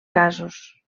casos